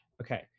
Okay